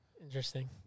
Interesting